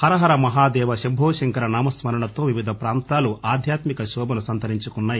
హరహర మహాదేవ శంభో శంకర నామస్కరణతో వివిధ ప్రాంతాలు ఆధ్యాత్మిక శోభను సంతరించుకొన్నాయి